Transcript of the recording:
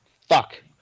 Fuck